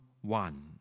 one